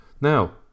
Now